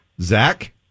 Zach